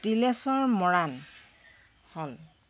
তিলেশ্বৰ মৰাণ হ'ল